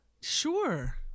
Sure